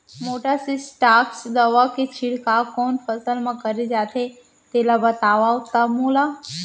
Metasystox दवा के छिड़काव कोन फसल म करे जाथे तेला बताओ त मोला?